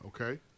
Okay